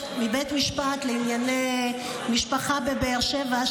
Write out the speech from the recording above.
מבית המשפט לענייני משפחה בבאר שבע,